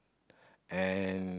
and